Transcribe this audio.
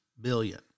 billion